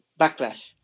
backlash